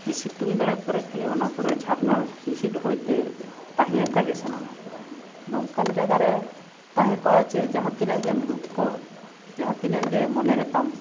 ᱡᱮ ᱥᱤᱛᱩᱝ ᱵᱮᱲᱟ ᱠᱚᱨᱮ ᱠᱷᱟᱹᱞᱤ ᱚᱱᱟ ᱠᱚᱨᱮ ᱡᱷᱟᱨᱱᱟ ᱦᱤᱸᱥᱤᱫ ᱦᱚᱭᱛᱮ ᱛᱟᱦᱮᱸ ᱟᱠᱟᱱᱜᱮ ᱥᱟᱱᱟᱣᱟ ᱱᱚᱝᱠᱟᱱ ᱡᱟᱭᱜᱟᱨᱮ ᱛᱟᱦᱮᱸ ᱠᱚᱜᱼᱟ ᱡᱮ ᱡᱟᱦᱟᱸ ᱛᱤᱱᱟᱹᱜ ᱜᱮᱢ ᱫᱩᱠ ᱠᱚᱜ ᱡᱟᱦᱟᱸ ᱛᱤᱱᱟᱹᱜᱼᱜᱮ ᱢᱚᱱᱮ ᱨᱮᱛᱟᱢ